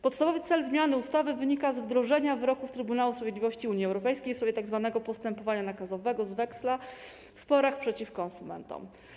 Podstawowy cel zmiany ustawy wynika z obowiązku wdrożenia wyroków Trybunału Sprawiedliwości Unii Europejskiej w sprawie tzw. postępowania nakazowego z weksla w sporach przeciw konsumentom.